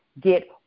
get